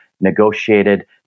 negotiated